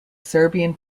serbian